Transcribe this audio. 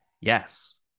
Yes